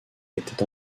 était